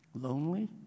lonely